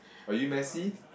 are you messy